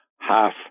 half